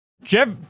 Jeff